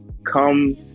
come